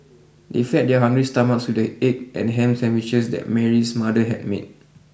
they fed their hungry stomachs with the egg and ham sandwiches that Mary's mother had made